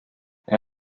elle